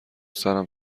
سرم